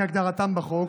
כהגדרתם בחוק,